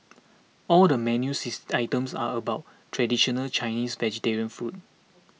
all the menus its items are about traditional Chinese vegetarian food